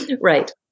Right